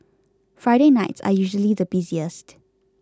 Friday nights are usually the busiest